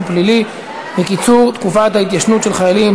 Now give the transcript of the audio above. פלילי וקיצור תקופת ההתיישנות של חיילים),